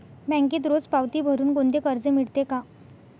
बँकेत रोज पावती भरुन कोणते कर्ज मिळते का?